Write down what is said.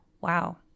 wow